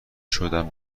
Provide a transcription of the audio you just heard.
شدم